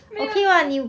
没有只